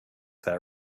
that